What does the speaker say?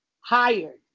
hired